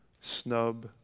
snub